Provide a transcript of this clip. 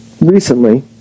recently